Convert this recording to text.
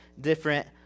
different